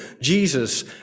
Jesus